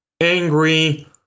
angry